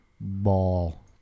Ball